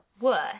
worse